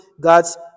God's